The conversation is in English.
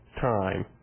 time